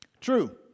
True